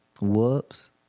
Whoops